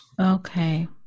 Okay